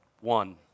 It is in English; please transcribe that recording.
one